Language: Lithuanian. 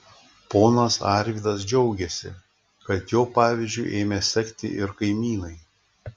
ponas arvydas džiaugėsi kad jo pavyzdžiu ėmė sekti ir kaimynai